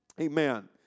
Amen